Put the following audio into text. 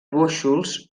bóixols